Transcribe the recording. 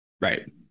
Right